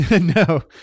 No